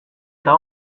eta